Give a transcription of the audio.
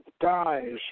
dies